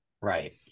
Right